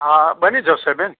હા બની જશે બેન